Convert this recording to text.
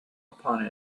upon